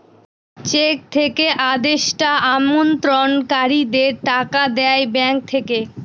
check থেকে আদেষ্টা আমানতকারীদের টাকা দেয় ব্যাঙ্ক থেকে